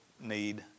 need